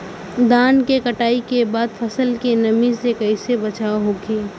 धान के कटाई के बाद फसल के नमी से कइसे बचाव होखि?